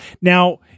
now